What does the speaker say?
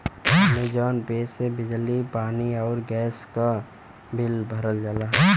Amazon pay से बिजली पानी आउर गैस क बिल भरल जाला